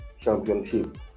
Championship